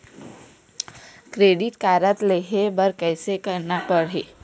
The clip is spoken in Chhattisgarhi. क्रेडिट कारड लेहे बर कैसे करना पड़ही?